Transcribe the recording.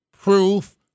proof